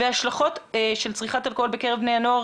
ההשלכות של צריכת אלכוהול בקרב בני הנוער